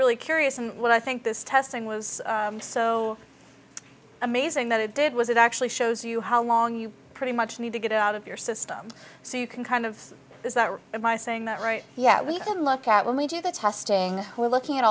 really curious and what i think this testing was so amazing that it did was it actually shows you how long you pretty much need to get it out of your system so you can kind of is that right there by saying that right yet we can look at when we do the testing we're looking at